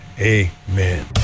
amen